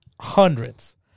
hundreds